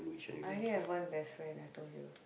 I only have one best friend I told you